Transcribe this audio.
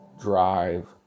drive